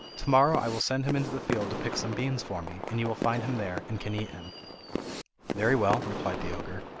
to-morrow i will send him into the field to pick some beans for me, and you will find him there, and can eat him very well replied the ogre,